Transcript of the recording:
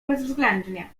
bezwzględnie